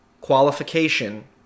Qualification